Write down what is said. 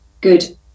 good